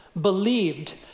believed